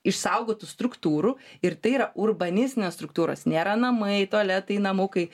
išsaugotų struktūrų ir tai yra urbanistinės struktūros nėra namai tualetai namukai